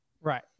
Right